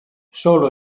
solo